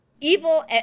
evil